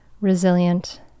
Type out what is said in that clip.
resilient